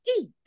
eat